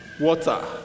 water